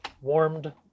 warmed